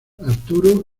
arturo